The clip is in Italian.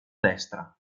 destra